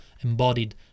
embodied